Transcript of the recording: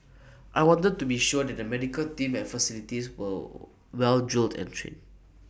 I wanted to be sure that the medical team and facilities were well drilled and trade